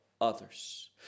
others